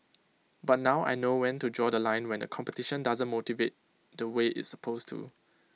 but now I know when to draw The Line when the competition doesn't motivate the way it's supposed to